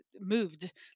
moved